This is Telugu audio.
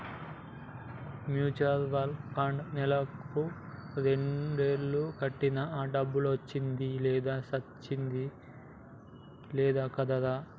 మ్యూచువల్ పండ్లో నెలకు రెండేలు కట్టినా ఆ డబ్బులొచ్చింది లేదు సచ్చింది లేదు కదరా